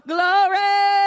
Glory